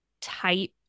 type